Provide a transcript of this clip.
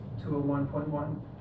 201.1